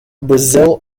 brazil